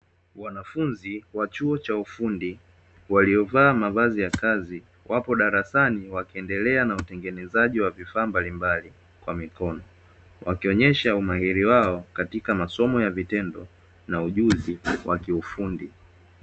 Wanafunzi wa chuo cha ufundi waliovaa mavazi ya kazi wapo darasani wakiendelea na utengenezaji wa vifaa mbalimbali kwa mikono. Wakionyesha umahiri wao katika masomo ya vitendo na ujuzi wa kiufundi.